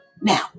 Now